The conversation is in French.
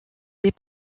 des